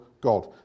God